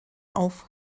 auf